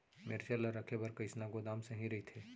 मिरचा ला रखे बर कईसना गोदाम सही रइथे?